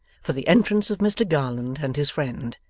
for the entrance of mr garland and his friend,